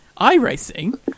iRacing